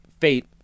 fate